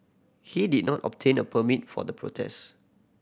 he did not obtain a permit for the protests